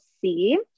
see